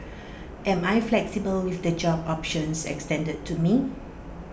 am I flexible with the job options extended to me